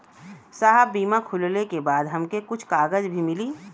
साहब बीमा खुलले के बाद हमके कुछ कागज भी मिली?